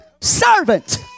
servant